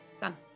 Done